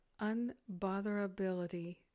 unbotherability